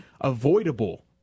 avoidable